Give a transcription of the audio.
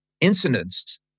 incidents